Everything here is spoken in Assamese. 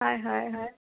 হয় হয় হয়